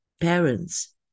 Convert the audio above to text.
parents